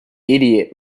idiot